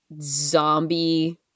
zombie